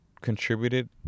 contributed